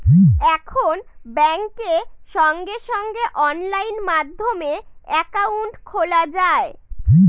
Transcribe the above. এখন ব্যাঙ্কে সঙ্গে সঙ্গে অনলাইন মাধ্যমে একাউন্ট খোলা যায়